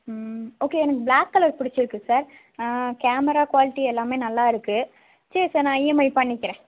ம் ஓகே எனக்கு black colour பிடிச்சுருக்கு சார் கேமரா குவாலிட்டி எல்லாமே நல்லா இருக்கு சரி சார் நான் இஎம்ஐ பண்ணிக்கிறேன்